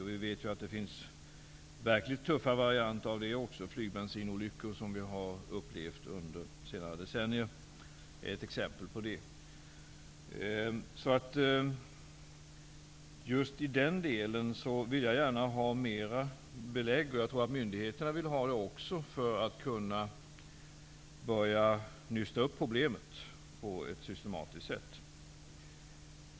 Vi vet att det finns verkligt farliga varianter. De flygbensinolyckor som vi upplevt under senare decennier är ett exempel på detta. Just i denna del vill jag gärna ha mer belägg, och jag tror att myndigheterna också vill ha det, för att kunna börja nysta upp problemet på ett systematiskt sätt.